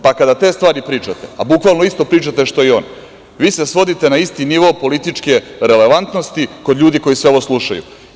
Pa, kada te stvari pričate, a bukvalno isto pričate što i on vi se svodite na isti nivo političke relevantnosti kod ljudi koji ovo sve slušaju.